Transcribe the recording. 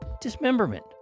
dismemberment